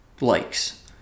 likes